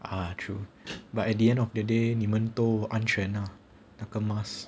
ah true but at the end of the day 你们都安全啊那个 mask